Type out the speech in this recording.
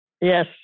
Yes